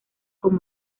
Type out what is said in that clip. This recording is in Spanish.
con